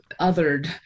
othered